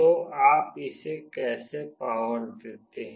तो आप इसे कैसे पावर देते हैं